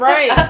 Right